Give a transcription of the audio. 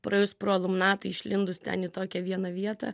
praėjus pro alumnato išlindus ten į tokią vieną vietą